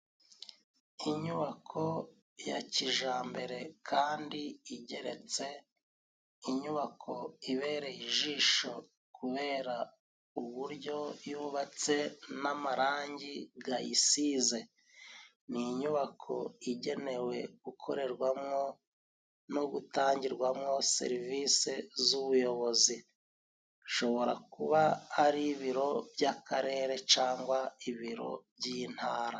Inyubako ya kijambere kandi igeretse, inyubako ibereye ijisho kubera uburyo yubatse n'amarangi gayisize. Ni inyubako igenewe gukorerwamwo no gutangirwamwo serivise z'ubuyobozi ishobora kuba ari ibiro by'akarere cangwa ibiro by'intara.